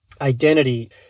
identity